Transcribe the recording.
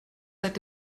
seit